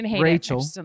Rachel